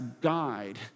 guide